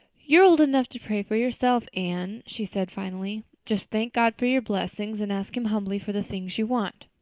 you're old enough to pray for yourself, anne, she said finally. just thank god for your blessings and ask him humbly for the things you want.